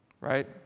right